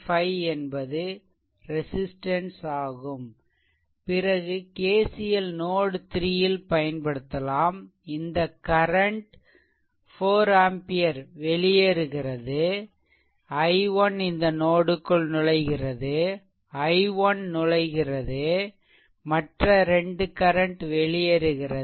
5Ω resistance ஆகும் பிறகு KCL node 3 ல் பயன்படுத்தலாம் இந்த கரன்ட் 4 ஆம்பியர் வெளியேறுகிறது i1 இந்த நோட் க்குள் நுழைகிறது i1 நுழைகிறது மற்ற 2 கரன்ட் வெளியேறுகிறது